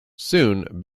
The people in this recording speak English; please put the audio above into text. soon